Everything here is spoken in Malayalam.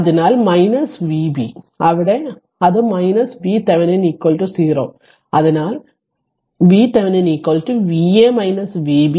അതിനാൽ Vb അവിടെ അത് VThevenin 0 അതിനർത്ഥം VThevenin Va Vb 32